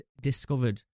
discovered